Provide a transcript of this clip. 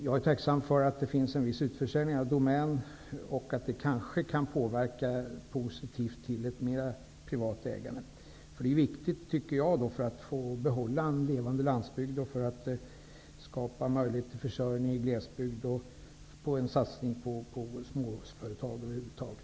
Jag är tacksam för att det finns en viss utförsäljning av Domän, och den kanske kan medverka positivt till ett ökat privat ägande, vilket är viktigt för bibehållandet av en levande landsbygd, för möjligheten att skapa försörjning i glesbygd och för en satsning på småföretag över huvud taget.